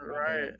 Right